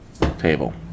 table